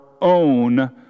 own